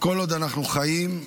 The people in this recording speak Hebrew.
כל עוד אנחנו חיים,